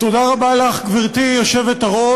תודה רבה לך, גברתי היושבת-ראש.